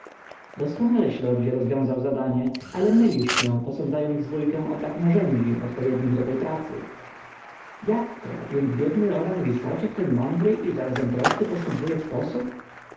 doskonaleś lordzie rozwiązał zadanie ale mylisz się posądzając zwójkę o brak narzędzi odpowiednich do tej pracy jakto więc biedny robak w istocie w ten mądry i zarazem prosty postępuje sposób